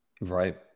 Right